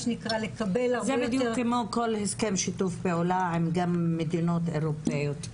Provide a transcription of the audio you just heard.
--- זה בדיוק כמו כל הסכם שיתוף פעולה עם מדינות אירופאיות.